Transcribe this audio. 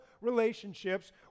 relationships